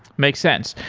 makes sense.